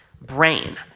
brain